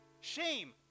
Shame